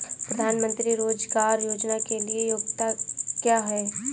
प्रधानमंत्री रोज़गार योजना के लिए योग्यता क्या है?